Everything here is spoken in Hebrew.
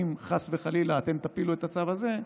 אם חס וחלילה אתם תפילו את הצו הזה,